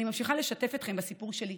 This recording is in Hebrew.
אני ממשיכה לשתף אתכם בסיפור שלי.